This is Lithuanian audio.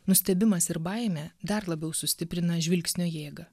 nustebimas ir baimė dar labiau sustiprina žvilgsnio jėgą